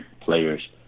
players